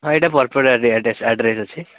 ହଁ ଏଇଟା ବରପଦାରେ ଆଡ଼୍ରେସ ଅଛି